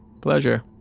Pleasure